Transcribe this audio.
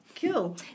Cool